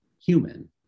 human